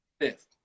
fifth